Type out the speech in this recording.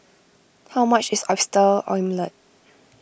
how much is Oyster Omelette